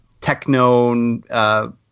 techno